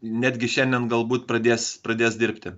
netgi šiandien galbūt pradės pradės dirbti